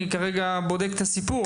וכרגע אני בודק את הסיפור,